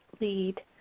lead